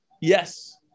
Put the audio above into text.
yes